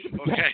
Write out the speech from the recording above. Okay